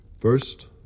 First